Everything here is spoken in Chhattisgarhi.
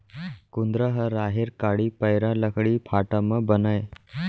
कुंदरा ह राहेर कांड़ी, पैरा, लकड़ी फाटा म बनय